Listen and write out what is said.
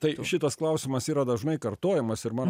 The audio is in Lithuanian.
tai šitas klausimas yra dažnai kartojamas ir man